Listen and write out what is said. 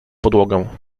podłogę